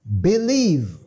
believe